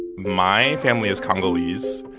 my family is congolese.